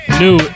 new